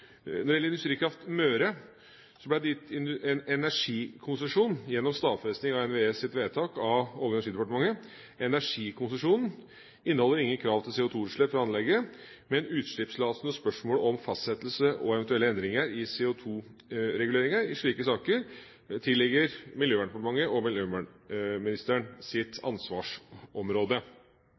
Når det gjelder Industrikraft Møre, ble det gitt en energikonsesjon gjennom stadfesting av NVEs vedtak av Olje- og energidepartementet. Energikonsesjonen inneholder ingen krav til CO2-utslipp fra anlegget. Utslippstillatelsen og spørsmålet om fastsettelse og eventuelle endringer i CO2-reguleringer i slike saker, ligger under Miljøverndepartementets og miljøvernministerens ansvarsområde.